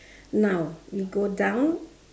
now we go down